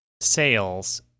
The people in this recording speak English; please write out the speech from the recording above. sales